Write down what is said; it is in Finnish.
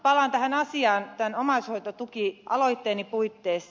palaan tähän asiaan omaishoitotukialoitteeni puitteissa